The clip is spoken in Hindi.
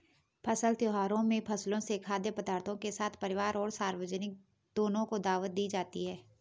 फसल त्योहारों में फसलों से खाद्य पदार्थों के साथ परिवार और सार्वजनिक दोनों को दावत दी जाती है